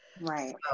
Right